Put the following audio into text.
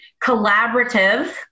collaborative